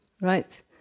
right